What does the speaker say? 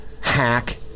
hack